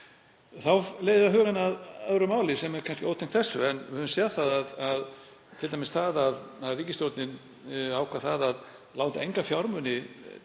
Þá leiði ég hugann að öðru máli sem er kannski ótengt þessu en við höfum séð t.d. að ríkisstjórnin ákvað að láta enga fjármuni